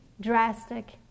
drastic